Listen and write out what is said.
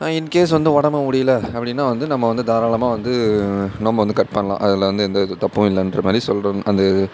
in case வந்து உடம்பு முடியலை அப்படின்னா வந்து நம்ம வந்து தாராளமாக வந்து நோன்பை வந்து கட் பண்ணலாம் அதில் வந்து எந்த வித தப்பும் இல்லைன்ற மாதிரி சொல்றாங்க அந்த